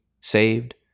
saved